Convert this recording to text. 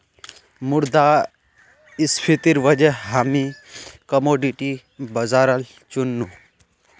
मुद्रास्फीतिर वजह हामी कमोडिटी बाजारल चुन नु